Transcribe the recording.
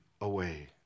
away